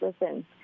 listen